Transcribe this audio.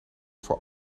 voor